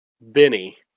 Benny